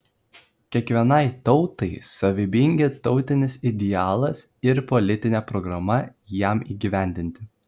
kiekvienai tautai savybingi tautinis idealas ir politinė programa jam įgyvendinti